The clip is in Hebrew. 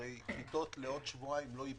הרי כיתות לעוד שבועיים לא ייבנו,